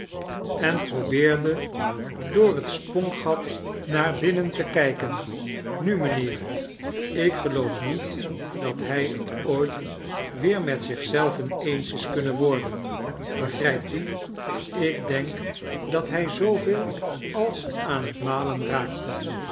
en probeetrde door het spongat naar binnen te kijken nu mijnheer ik geloof niet dat hij t ooit weer met zich zelven eens is kunnen worden begrijpt u ik denk dat hij zooveel als aan t majen l-aakte